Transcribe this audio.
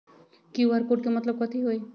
QR code के मतलब कथी होई?